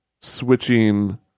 switching